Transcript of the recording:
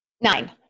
nine